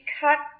cut